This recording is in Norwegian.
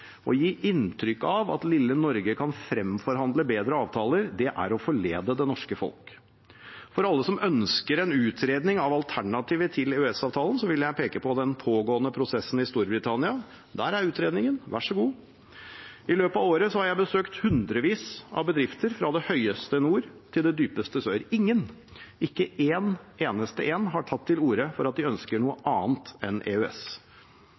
Å gi inntrykk av at lille Norge kan fremforhandle bedre avtaler, er å forlede det norske folk. For alle som ønsker en utredning av alternativet til EØS-avtalen, vil jeg peke på den pågående prosessen i Storbritannia. Der er utredningen, vær så god. I løpet av året har jeg besøkt hundrevis av bedrifter fra det høyeste nord til det dypeste sør. Ingen, ikke en eneste en, har tatt til orde for at de ønsker noe annet enn EØS.